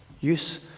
Use